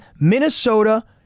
Minnesota